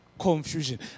confusion